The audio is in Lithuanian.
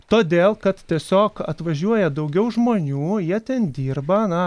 todėl kad tiesiog atvažiuoja daugiau žmonių jie ten dirba na